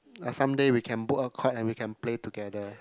like someday we can book a court and we can play together